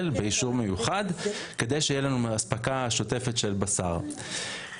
באישור מיוחד כדי שיהיה לנו אספקה שוטפת של בשר.